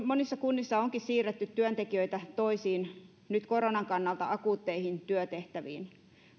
monissa kunnissa onkin siirretty työntekijöitä toisiin nyt koronan kannalta akuutteihin työtehtäviin